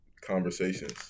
conversations